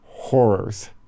horrors